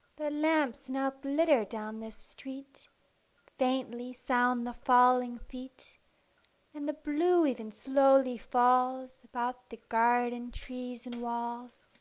the lamps now glitter down the street faintly sound the falling feet and the blue even slowly falls about the garden trees and walls.